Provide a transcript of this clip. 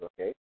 okay